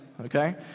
okay